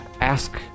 ask